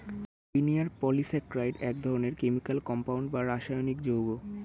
linear polysaccharide এক ধরনের chemical compound বা রাসায়নিক যৌগ